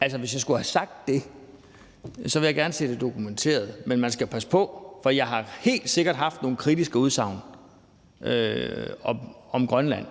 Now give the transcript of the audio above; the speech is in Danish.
Altså, hvis jeg skulle have sagt det, vil jeg gerne se det dokumenteret. Men man skal passe på, for jeg har helt sikkert haft nogle kritiske udsagn om Grønland,